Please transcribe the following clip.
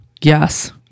Yes